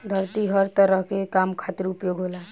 धरती हर तरह के काम खातिर उपयोग होला